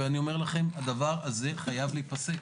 ואני אומר לכם, הדבר הזה חייב להיפסק.